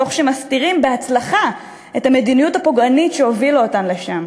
תוך שמסתירים בהצלחה את המדיניות הפוגענית שהובילה אותם לשם.